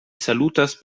salutas